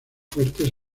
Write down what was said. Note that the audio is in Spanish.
fuertes